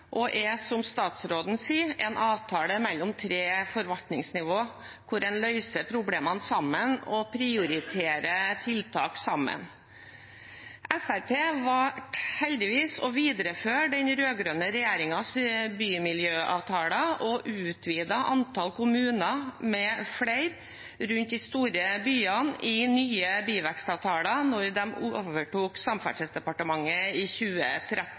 og er, som statsråden sier, en avtale mellom tre forvaltningsnivå, hvor en løser problemene sammen og prioriterer tiltak sammen. Fremskrittspartiet valgte heldigvis å videreføre den rød-grønne regjeringens bymiljøavtaler og utvidet antallet kommuner rundt de store byene som ble med i nye byvekstavtaler, da de overtok Samferdselsdepartementet i 2013.